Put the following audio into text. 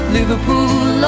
Liverpool